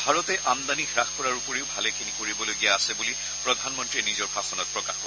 ভাৰতে আমদানী হাস কৰাৰ উপৰিও ভালেখিনি কৰিবলগীয়া আছে বলি প্ৰধানমন্তীয়ে নিজৰ ভাষণত প্ৰকাশ কৰে